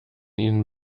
ihnen